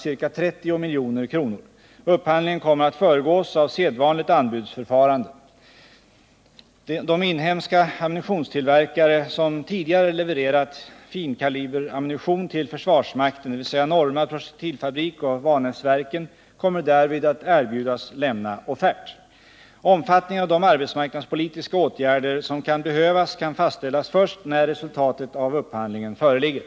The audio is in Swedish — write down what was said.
Min fråga är: Hur kan en eventuellt ökad beställning från försvarets sida av ammunition väntas påverka verksamheten vid Vanäsverken i Karlsborg, och är statsrådet beredd att vidtaga sådana åtgärder att produktionen och sysselsättningen vid statsägda Vanäsverken i Karlsborg inte försämras?